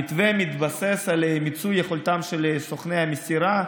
המתווה מתבסס על מיצוי יכולתם של סוכני המסירה,